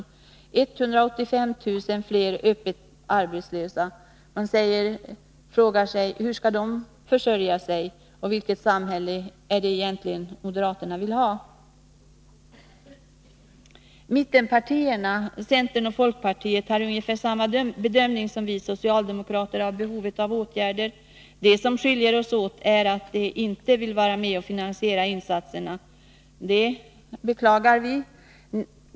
Hur skall 185 000 öppet arbetslösa försörja sig, och vilket samhälle är det egentligen moderaterna vill ha? Mittenpartierna, centern och folkpartiet, har ungefär samma bedömning som vi socialdemokrater om behovet av åtgärder. Det som skiljer oss åt är att deiinte vill vara med och finansiera insatserna. Det beklagar vi.